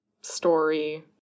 story